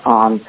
on